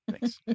thanks